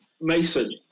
Mason